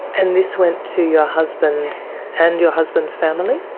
and this went to your husband and your husband's family?